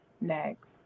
Next